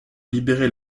libérer